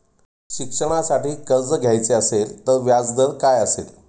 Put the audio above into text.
शिक्षणासाठी कर्ज घ्यायचे असेल तर व्याजदर काय असेल?